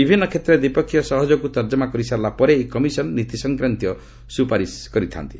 ବିଭିନ୍ନ କ୍ଷେତ୍ରରେ ଦ୍ୱିପକ୍ଷିୟ ସହଯୋଗକୁ ତର୍ଜମା କରିସାରିଲା ପରେ ଏହି କମିଶନ୍ ନୀତି ସଂକ୍ରାନ୍ତୀୟ ସୁପାରିଶ କରିଥାନ୍ତି